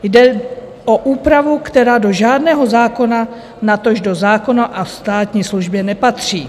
Jde o úpravu, která do žádného zákona, natož do zákona o státní službě, nepatří.